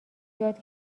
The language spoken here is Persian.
یاد